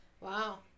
Wow